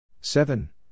Seven